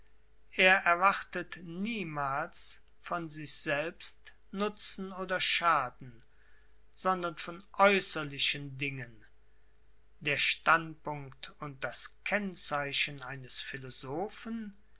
er erwartet niemals von sich selbst nutzen oder schaden sondern von äußerlichen dingen der standpunkt und das kennzeichen eines philosophen